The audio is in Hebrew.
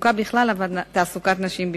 תעסוקה בכלל ותעסוקת נשים בפרט.